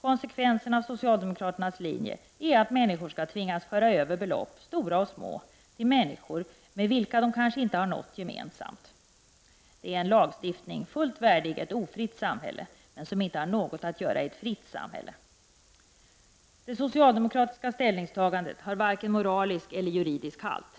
Konsekvenserna av socialdemokraternas linje är att människor skall tvingas föra över belopp, stora och små, till människor med vilka de kanske inte har något gemensamt. Det är en lagstiftning fullt värdig ett ofritt samhälle, men som inte har något att göra i ett fritt samhälle. Det socialdemokratiska ställningstagandet har varken moralisk eller juridisk halt.